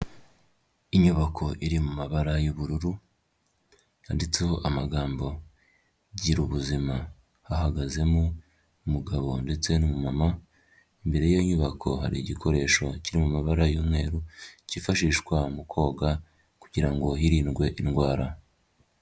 Inyubako iri mu mabara y'ubururu, yanditseho amagambo ''girabu ubuzima''. Hahagazemo umugabo ndetse n'umuma, imbere y'iyo nyubako hari igikoresho kiri mu mabara y'umweru, cyifashishwa mu koga kugirango ngo hirindwe indwara.